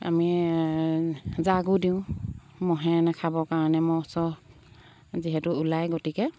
আমি জাগো দিওঁ মহে নাখাবৰ কাৰণে ম'হ চহ যিহেতু ওলায় গতিকে